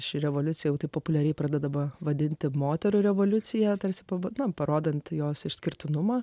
ši revoliucija taip populiariai pradedama vadinti moterų revoliucija tarsi pabandome parodant jos išskirtinumą